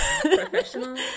Professional